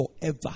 forever